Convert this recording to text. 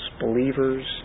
believers